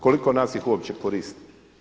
Koliko nas ih uopće koristi?